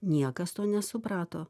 niekas to nesuprato